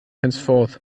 henceforth